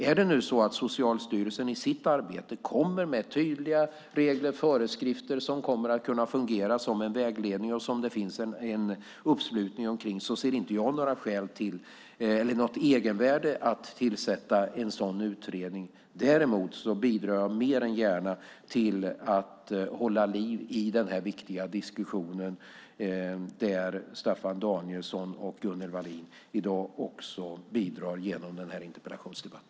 Är det så att Socialstyrelsen i sitt arbete kommer med tydliga regler och föreskrifter som kommer att kunna fungera som en vägledning och som det finns en uppslutning omkring ser inte jag något egenvärde i att tillsätta en sådan utredning. Däremot bidrar jag mer än gärna till att hålla liv i denna viktiga diskussion, där Staffan Danielsson och Gunnel Wallin i dag också bidrar genom denna interpellationsdebatt.